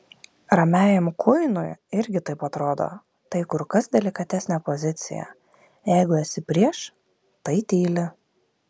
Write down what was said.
ramiajam kuinui irgi taip atrodo tai kur kas delikatesnė pozicija jeigu esi prieš tai tyli